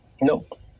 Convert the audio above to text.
Nope